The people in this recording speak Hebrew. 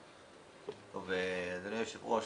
אדוני היושב ראש,